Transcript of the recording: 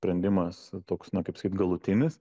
sprendimas toks kaip na kaip sakyt galutinis